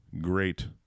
great